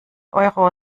euro